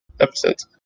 episodes